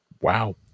wow